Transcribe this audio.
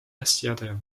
asjade